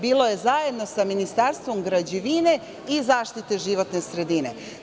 Bilo je zajedno sa Ministarstvom građevine i zaštite životne sredine.